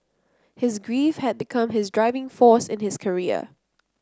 his grief had become his driving force in his career